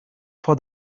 for